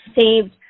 saved